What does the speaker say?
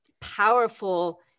powerful